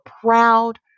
proud